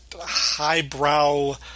highbrow